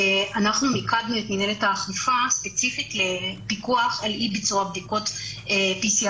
אנחנו מיקדנו את מנהלת האכיפה ספציפית לפיקוח על אי ביצוע בדיקות PCR